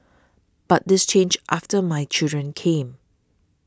but this changed after my children came